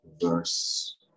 verse